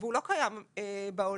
והוא לא קיים בעולם.